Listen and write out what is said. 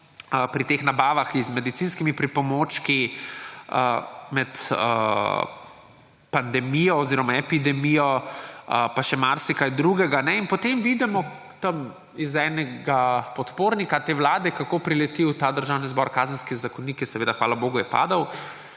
pri teh nabavah z medicinskimi pripomočki med pandemijo oziroma epidemijo, pa še marsikaj drugega. In potem vidimo iz enega podpornika te vlade, kako prileti v ta državni zbor Kazenski zakonik, ki je ‒ seveda hvala bogu ‒ padel,